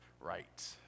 right